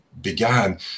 began